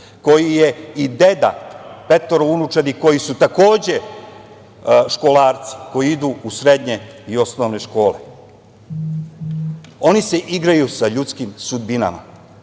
koji je i deda petoro unučadi koji su takođe školarci, koji idu u srednje i osnovne škole. Oni se igraju sa ljudskim sudbinama.